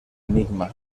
enigma